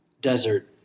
desert